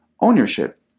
ownership